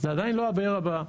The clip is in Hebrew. זה עדיין לא הבאר הבאה,